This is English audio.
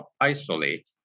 isolate